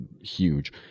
huge